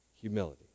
Humility